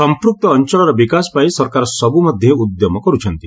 ସମ୍ପୁକ୍ତ ଅଞ୍ଚଳର ବିକାଶ ପାଇଁ ସରକାର ସବୁ ମଧ୍ୟେ ଉଦ୍ୟମ କର୍ତ୍ଥନ୍ତି